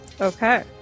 Okay